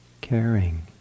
caring